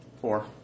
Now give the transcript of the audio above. Four